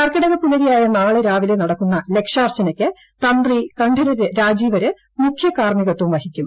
കർക്കിടപ്പുലരിയായ നാളെ രാവിലെ നടക്കുന്ന ലക്ഷാർച്ചനക്ക് തന്ത്രി കണ്ഠരര് രാജീവരര് മുഖ്യകാർമ്മികത്വം വഹിക്കും